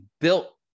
built